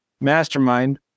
mastermind